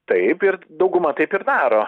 taip ir dauguma taip ir daro